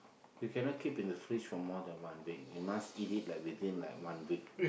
you cannot keep in the fridge for more than one week you must eat it like within like one week